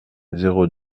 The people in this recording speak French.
zéro